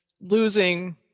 losing